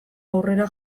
aurrera